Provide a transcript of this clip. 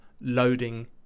loading